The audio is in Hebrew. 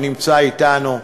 שנמצא אתנו,